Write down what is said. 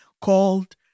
called